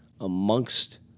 amongst